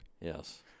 Yes